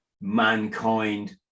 mankind